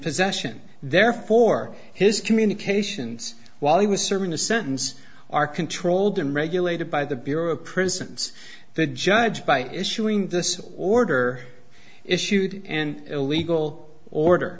possession therefore his communications while he was serving the sentence are controlled and regulated by the bureau of prisons the judge by issuing this order issued an illegal order